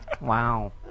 Wow